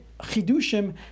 chidushim